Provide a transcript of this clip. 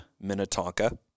Minnetonka